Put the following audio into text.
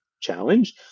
challenge